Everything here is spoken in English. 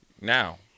Now